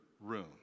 room